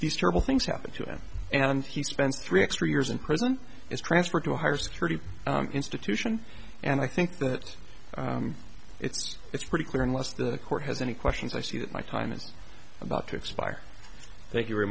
these terrible things happen to him and he spends three extra years in prison is transferred to a higher security institution and i think that it's it's pretty clear unless the court has any questions i see that my time is about to expire thank you very